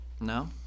No